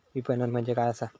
विपणन म्हणजे काय असा?